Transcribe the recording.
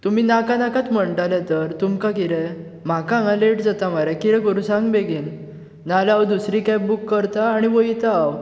तुमी नाका नाकात म्हणटलें तर तुमकां किदें म्हाका हांगा लेट जाता मरे किदें करू सांग बेगीन ना जाल्यार हांव दूसरी कॅब बूक करता आनी वयतां हांव